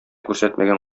күрсәтмәгән